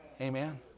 Amen